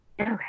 Okay